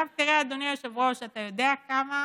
תראה, אדוני היושב-ראש, אתה יודע כמה